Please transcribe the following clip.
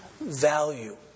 value